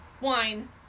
wine